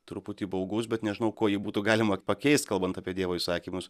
truputį baugus bet nežinau kuo jį būtų galima pakeist kalbant apie dievo įsakymus